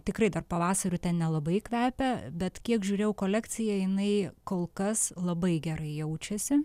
tikrai dar pavasariu ten nelabai kvepia bet kiek žiūrėjau kolekcija jinai kol kas labai gerai jaučiasi